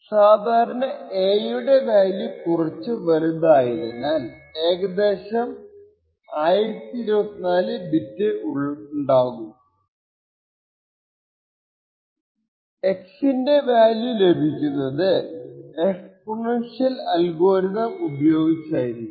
സാധാരണ a യുടെ value കുറച്ച വലുതായാതിനാൽ ഏകദേശം 1024 ബിറ്റ് x ൻറെ വാല്യൂ ലഭിക്കുന്നത് എക്സ്പോണെൻഷ്യൽ അൽഗോരിതം ഉപയോഗിച്ചായിരിക്കും